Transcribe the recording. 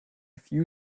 few